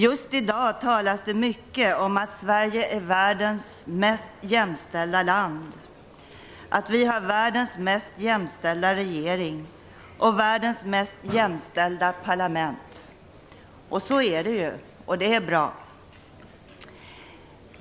Just i dag talas det mycket om att Sverige är världens mest jämställda land, att vi har världens mest jämställda regering och världens mest jämställda parlament. Och så är det ju. Och det är bra.